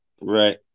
right